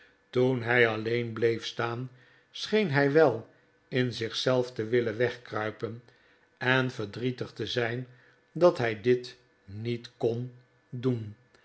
toen hij alleen bleef staan scheen hij wel in zich zelf te willen wegkruipen en verdrietig te zijn dat hij dit niet kon doen